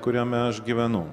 kuriame aš gyvenu